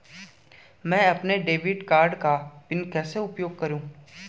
मैं अपने debit card का पिन कैसे उपयोग करूँ?